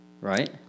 Right